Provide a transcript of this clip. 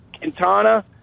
Quintana